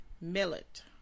Millet